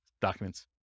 documents